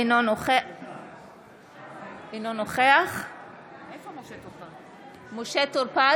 אינו נוכח אחמד טיבי, אינו נוכח יוסף טייב,